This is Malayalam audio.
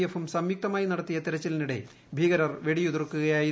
എഫും സംയുക്തമായി നടത്തിയ തെരച്ചിലിനിടെ ഭീകരർ വെടിയുതിർക്കുകയായിരുന്നു